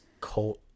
cult